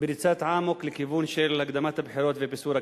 ריצת אמוק לכיוון של הקדמת הבחירות ופיזור הכנסת?